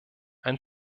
ein